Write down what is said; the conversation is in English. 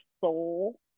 soul